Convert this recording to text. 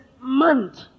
month